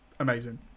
Amazing